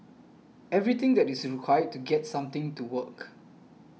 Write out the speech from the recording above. everything that is required to get something to work